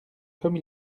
comme